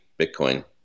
Bitcoin